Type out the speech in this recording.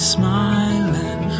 smiling